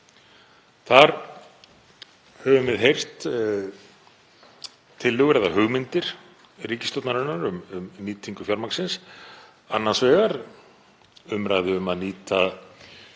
Þar höfum við heyrt tillögur eða hugmyndir ríkisstjórnarinnar um nýtingu fjármagnsins, annars vegar umræðu um að nýta þetta